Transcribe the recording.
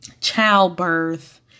childbirth